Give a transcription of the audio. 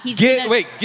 Wait